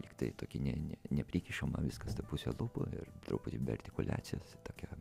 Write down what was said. lyg tai tokį ne ne neprikišamą viskas tai puse lūpų ir truputį be artikuliacijos tokia